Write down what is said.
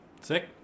Sick